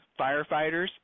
firefighters